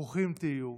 ברוכים תהיו.